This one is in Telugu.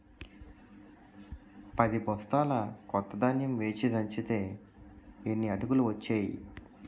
పదిబొస్తాల కొత్త ధాన్యం వేచి దంచితే యిన్ని అటుకులు ఒచ్చేయి